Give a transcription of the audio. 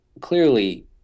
clearly